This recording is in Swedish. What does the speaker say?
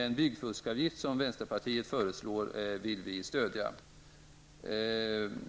En byggfuskavgift, som vänsterpartiet föreslår, vill vi stödja.